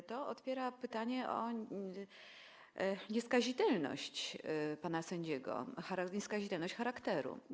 Bo to otwiera pytanie o nieskazitelność pana sędziego, chodzi nieskazitelność charakteru.